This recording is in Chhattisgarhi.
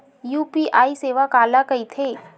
यू.पी.आई सेवा काला कइथे?